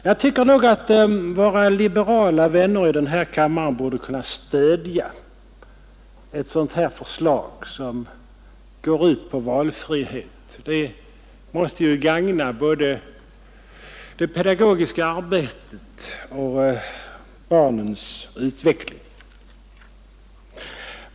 Jag tycker att våra liberala vänner i denna kammare borde kunna stödja ett förslag som går ut på valfrihet. Den måste gagna både det pedagogiska arbetet och barnens utveckling.